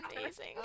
amazing